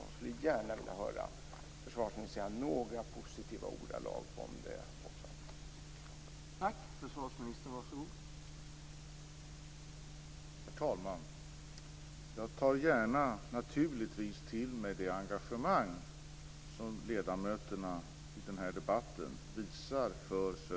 Jag skulle gärna vilja höra försvarsministern säga något i några positiva ordalag om detta också.